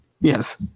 Yes